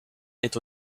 est